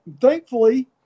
thankfully